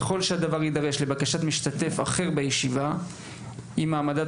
ככל שהדבר יידרש לבקשת משתתף אחר בישיבה אם העמדת